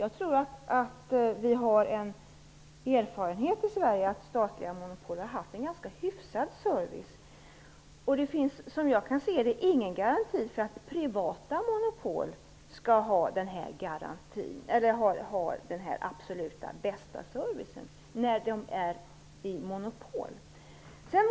Vi har i Sverige den erfarenheten att statliga monopol har givit en ganska hygglig service. Det finns såvitt jag kan se ingen garanti för att privata monopol skulle ge den absolut bästa servicen.